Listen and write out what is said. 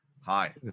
Hi